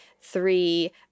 three